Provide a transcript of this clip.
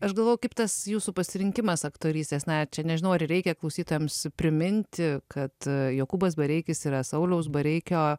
aš galvoju kaip tas jūsų pasirinkimas aktorystės na ar čia nežinau ar reikia klausytojams priminti kad jokūbas bareikis yra sauliaus bareikio